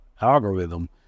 algorithm